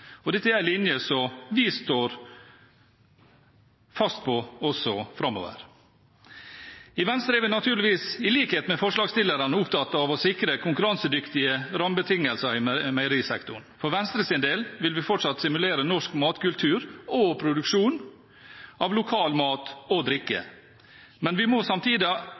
Folkeparti. Dette er en linje som vi står fast på også framover. I Venstre er vi naturligvis, i likhet med forslagsstillerne, opptatt av å sikre konkurransedyktige rammebetingelser i meierisektoren. For Venstres del vil vi fortsatt stimulere norsk matkultur og produksjon av lokal mat og drikke, men vi må samtidig